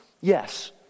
Yes